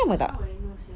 how I know sia